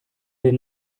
den